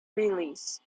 release